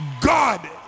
God